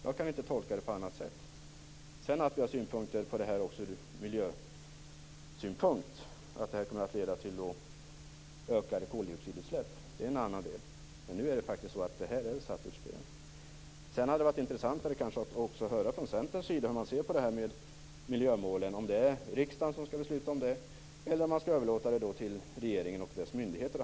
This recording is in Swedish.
Jag kan inte tolka det på annat sätt. Att vi har synpunkter på att detta miljömässigt kommer att leda till ökade koldioxidutsläpp är en annan del. Vad vi här diskuterat är faktiskt satt ur spel. Kanske hade det varit intressantare att få höra hur man från Centerns sida ser på miljömålen, om det är riksdagen som skall besluta om den saken eller om den hanteringen skall överlåtas på regeringen och dess myndigheter.